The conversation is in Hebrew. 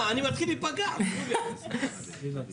הגיש המפר לממונה כתב התחייבות והפקיד עירבון לפי סימן זה,